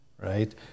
right